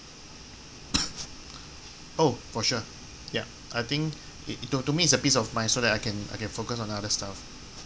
oh for sure ya I think it to to me it's a peace of mind so that I can I can focus on other stuff